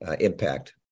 impact